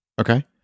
Okay